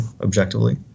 objectively